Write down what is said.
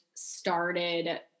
started